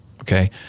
Okay